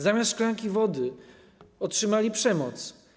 Zamiast szklanki wody otrzymali przemoc.